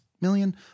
million